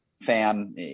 fan